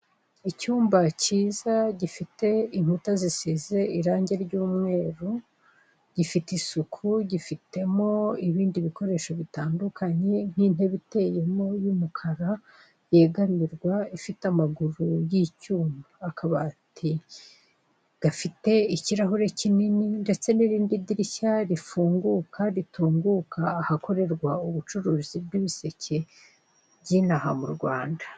Icyumba cyiza gifite inkuta zisize irangi ry'umweru, gifite isuku, gifitemo ibikoresho bitandukanye nk'inebe iteyemo y'umukara yegamirwa ifite amaguru y'icyuma, akabati gafite ikirahure kinini ndetse n' idirishya rifunguka, ritunguka ahakorerwa ubucuruzi bw'ibiseke by'inaha mu Rwanda.